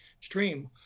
stream